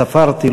ספרתי,